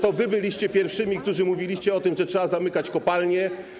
To wy byliście pierwszymi, którzy mówili o tym, że trzeba zamykać kopalnie.